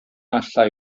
allai